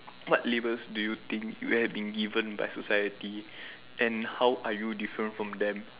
what labels do you think you have been given by society and how are you different from them